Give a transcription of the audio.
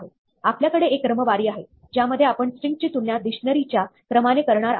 आपल्याकडे एक क्रमवारी आहे ज्यामध्ये आपण स्ट्रिंगज़ ची तुलना डिक्शनरी च्या क्रमाने करणार आहोत